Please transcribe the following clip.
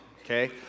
okay